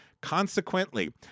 Consequently